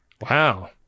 Wow